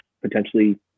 potentially